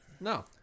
no